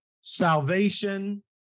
salvation